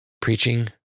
preaching